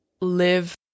live